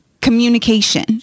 communication